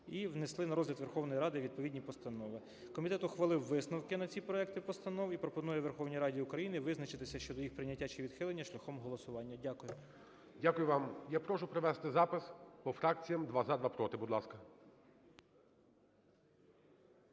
і внесли на розгляд Верховної Ради відповідні постанови. Комітет ухвалив висновки на ці проекти постанов і пропонує Верховній Раді України визначитися щодо їх прийняття чи відхилення шляхом голосування. Дякую. ГОЛОВУЮЧИЙ. Дякую вам. Я прошу провести запис по фракціям: два – за, два – проти. Будь ласка.